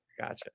Gotcha